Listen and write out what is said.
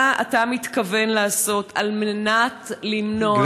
מה אתה מתכוון לעשות על מנת למנוע את הפגיעה בקשישים?